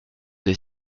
des